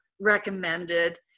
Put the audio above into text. recommended